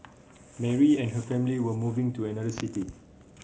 Mary and her family were moving to another city